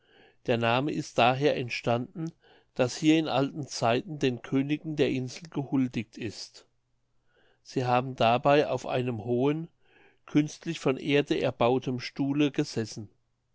der name ist daher entstanden daß hier in alten zeiten den königen der insel gehuldigt ist sie haben dabei auf einem hohen künstlich von erde erbaueten stuhle gesessen